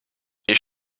ich